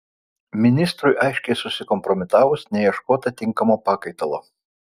ministrui aiškiai susikompromitavus neieškota tinkamo pakaitalo